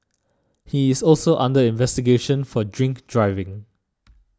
he is also under investigation for drink driving